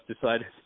decided